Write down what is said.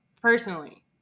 Personally